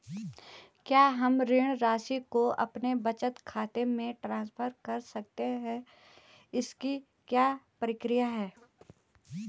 क्या हम ऋण राशि को अपने बचत खाते में ट्रांसफर कर सकते हैं इसकी क्या प्रक्रिया है?